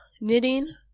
knitting